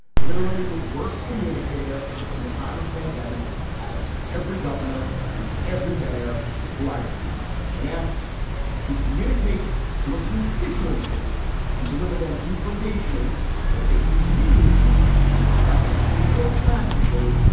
literally the worst communicator in the time of pandemic out of every governor and every mayor who i've seen when asked to communicate to a constituency and deliver them information that they could use either psychically or practically,